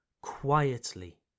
quietly